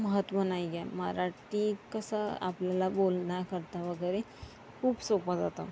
महत्त्व नाही आहे मराठी कसं आपल्याला बोलण्याकरता वगैरे खूप सोपं जातं